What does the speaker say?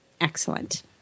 Excellent